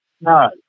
No